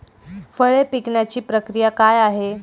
फळे पिकण्याची प्रक्रिया काय आहे?